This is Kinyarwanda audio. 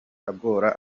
agora